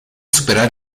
superar